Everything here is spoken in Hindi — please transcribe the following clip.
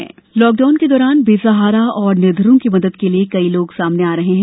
असहाय भोजन लॉकडाउन के दौरान बेसहारा और निर्धनों की मदद के लिए कई लोग सामने आ रहे हैं